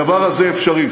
הדבר הזה אפשרי.